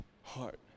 heart